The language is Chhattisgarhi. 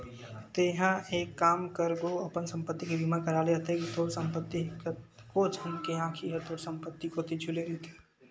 तेंहा एक काम कर गो अपन संपत्ति के बीमा करा ले अतेक तोर संपत्ति हे कतको झन के आंखी ह तोर संपत्ति कोती झुले रहिथे